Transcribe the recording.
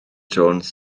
jones